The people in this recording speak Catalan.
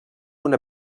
una